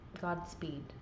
Godspeed